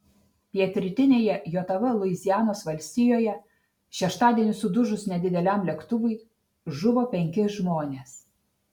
pietrytinėje jav luizianos valstijoje šeštadienį sudužus nedideliam lėktuvui žuvo penki žmonės